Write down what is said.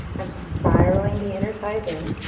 i'm spiraling the inner thighs in